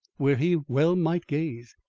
where he well might gaze,